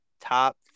top